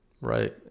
Right